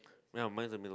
mine is in the middle